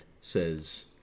says